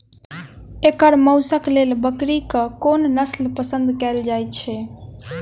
एकर मौशक लेल बकरीक कोन नसल पसंद कैल जाइ छै?